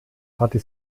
hatte